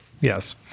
Yes